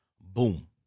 Boom